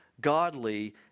godly